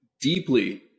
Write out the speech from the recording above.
deeply